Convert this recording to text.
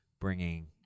bringing